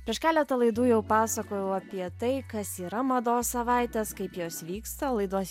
prieš keletą laidų jau pasakojau apie tai kas yra mados savaitės kaip jos vyksta laidos